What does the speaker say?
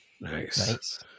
Nice